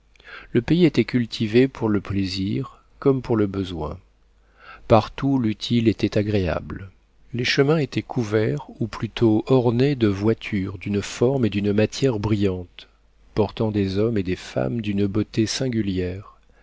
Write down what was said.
le pays était cultivé pour le plaisir comme pour le besoin partout l'utile était agréable les chemins étaient couverts ou plutôt ornés de voitures d'une forme et d'une matière brillante portant des hommes et des femmes d'une beauté singulière